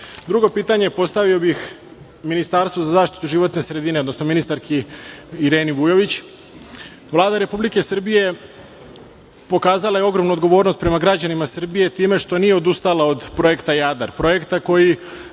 pitanje postavio bih Ministarstvu za zaštitu životne sredine, odnosno ministarki Ireni Vujović. Vlada Republike Srbije pokazala je ogromnu odgovornost prema građanima Srbije time što nije odustala od projekta „Jadar“, projekta koji,